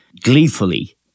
gleefully